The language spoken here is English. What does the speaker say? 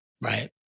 Right